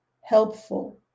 helpful